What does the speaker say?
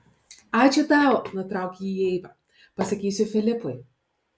ačiū tau nutraukė jį eiva pasakysiu filipui